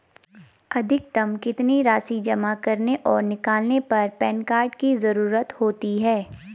अधिकतम कितनी राशि जमा करने और निकालने पर पैन कार्ड की ज़रूरत होती है?